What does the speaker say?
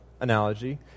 analogy